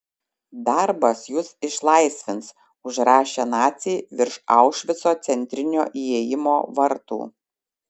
darbas jus išlaisvins užrašė naciai virš aušvico centrinio įėjimo vartų